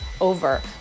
over